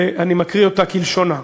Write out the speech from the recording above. ואני מקריא אותה כלשונה: